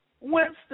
Winston